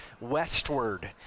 westward